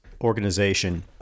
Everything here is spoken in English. organization –